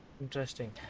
interesting